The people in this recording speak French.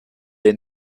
est